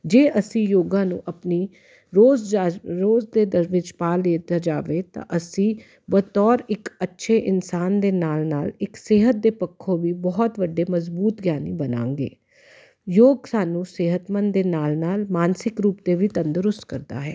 ਜੇ ਅਸੀਂ ਯੋਗਾ ਨੂੰ ਆਪਣੀ ਰੋਜ਼ ਜਾਂ ਰੋਜ਼ ਦੇ ਦਰ ਵਿੱਚ ਪਾ ਲਿਆ ਜਾਵੇ ਤਾਂ ਅਸੀਂ ਬਤੌਰ ਇੱਕ ਅੱਛੇ ਇਨਸਾਨ ਦੇ ਨਾਲ ਨਾਲ ਇੱਕ ਸਿਹਤ ਦੇ ਪੱਖੋਂ ਵੀ ਬਹੁਤ ਵੱਡੇ ਮਜ਼ਬੂਤ ਗਿਆਨੀ ਬਣਾਂਗੇ ਯੋਗ ਸਾਨੂੰ ਸਿਹਤਮੰਦ ਦੇ ਨਾਲ ਨਾਲ ਮਾਨਸਿਕ ਰੂਪ 'ਤੇ ਵੀ ਤੰਦਰੁਸਤ ਕਰਦਾ ਹੈ